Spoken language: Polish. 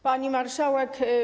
Pani Marszałek!